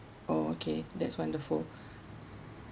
oh okay that's wonderful